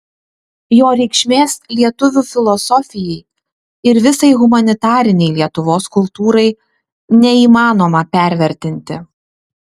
jo reikšmės lietuvių filosofijai ir visai humanitarinei lietuvos kultūrai neįmanoma pervertinti